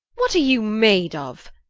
what are you made of?